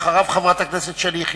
אחריו, חברת הכנסת שלי יחימוביץ.